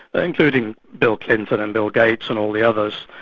ah including bill clinton and bill gates and all the others,